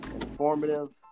informative